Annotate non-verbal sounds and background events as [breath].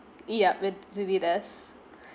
yup with the leaders [breath]